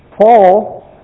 Paul